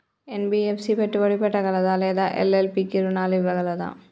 NBFC పెట్టుబడి పెట్టగలదా లేదా ఎల్.ఎల్.పి కి రుణాలు ఇవ్వగలదా?